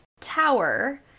tower